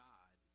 God